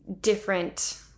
different